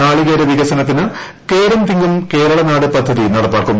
നാളികേര വികസനത്തിന് കേരം തിങ്ങും കേരളനാട് പദ്ധതി നടപ്പാക്കും